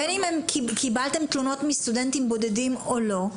בין אם קיבלתם תלונות מסטודנטים בודדים או לא,